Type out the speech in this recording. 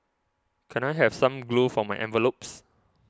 can I have some glue for my envelopes